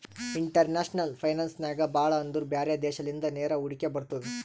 international finance ನಾಗ್ ಭಾಳ ಅಂದುರ್ ಬ್ಯಾರೆ ದೇಶಲಿಂದ ನೇರ ಹೂಡಿಕೆ ಬರ್ತುದ್